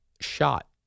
shot